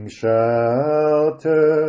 shelter